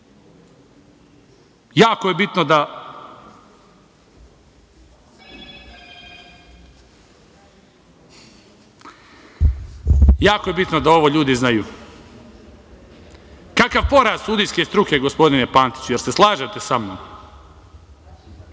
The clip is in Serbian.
je bitno da ovo ljudi znaju. Kakav poraz sudijske struke gospodine Pantiću. Da li se slažete sa mnom?